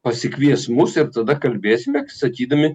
pasikvies mus ir tada kalbėsime sakydami